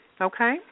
Okay